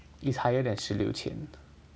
is higher than 十六千